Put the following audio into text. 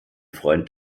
freund